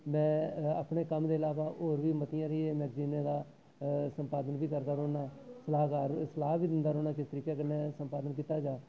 में अपने कम्म दे अलावा होर बी मतियां मैगजीनें दा संपादन बी करदा रौह्न्नां सलाहकार सलाह बी दिंदा रौह्न्नां किस तरीके कन्नै संपादन कीता जा